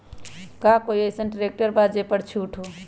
का कोइ अईसन ट्रैक्टर बा जे पर छूट हो?